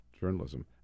journalism